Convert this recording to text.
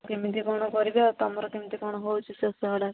କେମିତି କଣ କରିବା ତମର କେମତି କଣ ହେଉଛି ଚାଷଗୁଡ଼ା